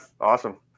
awesome